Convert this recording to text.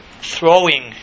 throwing